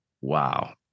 Wow